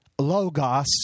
Logos